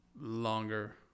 longer